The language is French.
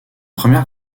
première